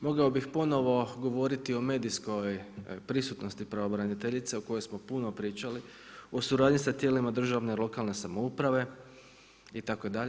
Mogao bih ponovo govoriti o medijskoj prisutnosti pravobraniteljice o kojoj smo puno pričali, o suradnji sa tijelima državne i lokalne samouprave itd.